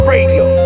Radio